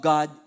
God